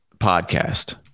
podcast